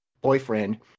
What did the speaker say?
boyfriend